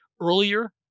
earlier